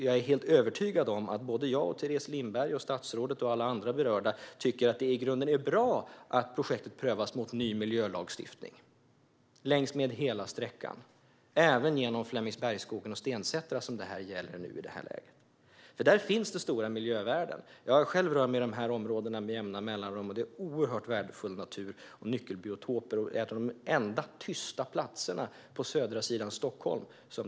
Jag är helt övertygad om att både jag och Teres Lindberg, statsrådet och alla andra berörda tycker att det i grunden är bra att projektet prövas mot ny miljölagstiftning längs med hela sträckan och även genom Flemingsbergsskogen och Stensättra som det nu gäller i det här läget. Där finns det stora miljövärden. Jag själv rör mig i de områdena med jämna mellanrum. Det är oerhört värdefull natur och nyckelbiotoper, och det handlar om de enda tysta platserna på södra sidan Stockholm.